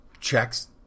checks